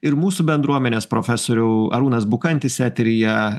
ir mūsų bendruomenės profesoriau arūnas bukantis eteryje